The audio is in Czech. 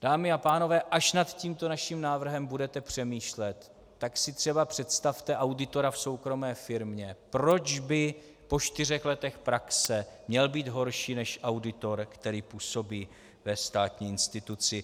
Dámy a pánové, až nad tímto naším návrhem budete přemýšlet, tak si třeba představte auditora v soukromé firmě, proč by po čtyřech letech praxe měl být horší než auditor, který působí ve státní instituci.